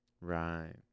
Right